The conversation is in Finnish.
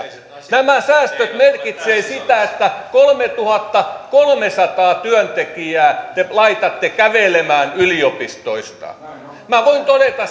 nämä säästöt merkitsevät sitä että kolmetuhattakolmesataa työntekijää te laitatte kävelemään yliopistoista minä voin todeta